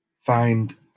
find